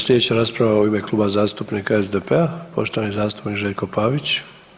Sljedeća rasprava u ime Kluba zastupnika SDP-a poštovani zastupnik Željko Pavić.